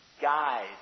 Guide